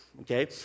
Okay